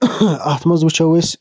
اَتھ منٛز وٕچھو أسۍ